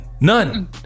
none